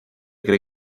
cree